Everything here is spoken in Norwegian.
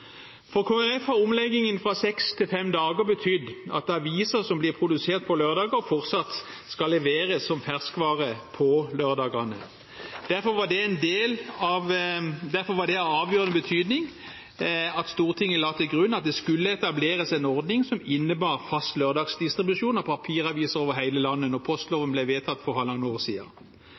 Kristelig Folkeparti har omleggingen fra seks til fem dager betydd at aviser som blir produsert på lørdager, fortsatt skal leveres som ferskvare på lørdagene. Derfor var det av avgjørende betydning at Stortinget la til grunn at det skulle etableres en ordning som innebar fast lørdagsdistribusjon av papiraviser over hele landet, da postloven ble vedtatt for halvannet år